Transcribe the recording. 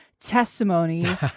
testimony